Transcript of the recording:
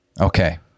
okay